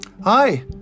Hi